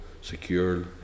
secure